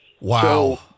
wow